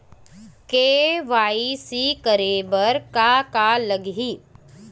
KYC करे बर का का लगही?